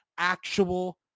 Actual